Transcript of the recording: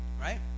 Right